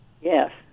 Yes